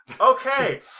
Okay